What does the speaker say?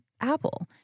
Apple